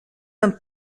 een